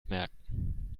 merken